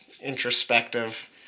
introspective